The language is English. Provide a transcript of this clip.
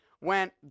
went